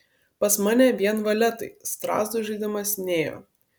pas mane vien valetai strazdui žaidimas nėjo